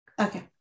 Okay